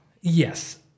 Yes